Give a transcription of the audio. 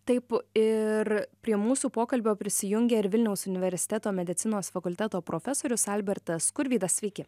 taip ir prie mūsų pokalbio prisijungė ir vilniaus universiteto medicinos fakulteto profesorius albertas skurvydas sveiki